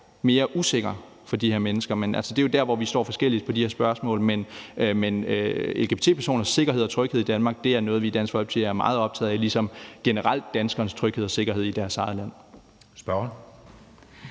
mere usikker for de her mennesker. Men altså, det er jo der, hvor vi står forskelligt i de her spørgsmål. Men lgbt-personers sikkerhed og tryghed i Danmark er noget, som vi i Dansk Folkeparti er meget optaget af, ligesom vi generelt er optaget af danskernes tryghed og sikkerhed i deres eget land.